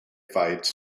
fights